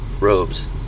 robes